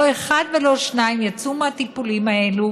לא אחד ולא שניים יצאו מהטיפולים האלו